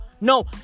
No